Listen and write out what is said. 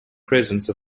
presence